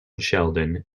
sheldon